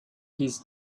his